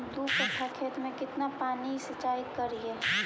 दू कट्ठा खेत में केतना पानी सीचाई करिए?